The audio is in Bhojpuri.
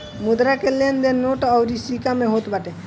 मुद्रा के लेन देन नोट अउरी सिक्का में होत बाटे